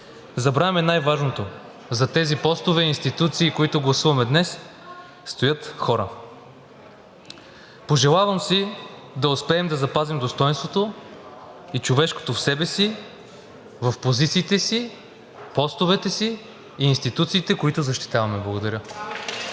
забравяме най-важното – зад тези постове и институции, които гласуваме днес, стоят хора. Пожелавам си да успеем да запазим достойнството и човешкото в себе си в позициите си, постовете си и институциите, които защитаваме. Благодаря!